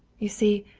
you see,